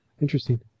Interesting